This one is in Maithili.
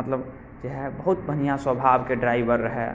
मतलब जे हइ बहुत बढ़िआँ स्वभावके ड्राइवर रहै